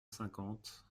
cinquante